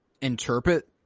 interpret